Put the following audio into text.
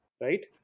Right